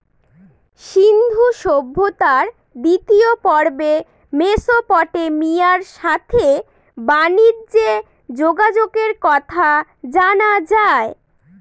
সিন্ধু সভ্যতার দ্বিতীয় পর্বে মেসোপটেমিয়ার সাথে বানিজ্যে যোগাযোগের কথা জানা যায়